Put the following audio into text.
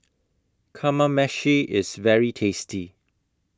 Kamameshi IS very tasty